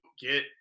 get